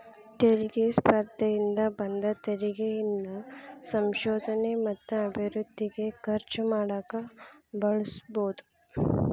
ತೆರಿಗೆ ಸ್ಪರ್ಧೆಯಿಂದ ಬಂದ ತೆರಿಗಿ ಇಂದ ಸಂಶೋಧನೆ ಮತ್ತ ಅಭಿವೃದ್ಧಿಗೆ ಖರ್ಚು ಮಾಡಕ ಬಳಸಬೋದ್